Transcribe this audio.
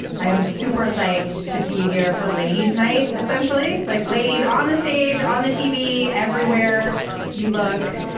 i am super psyched to see you here for ladies night, essentially like ladies on the stage on the tv. everywhere you look,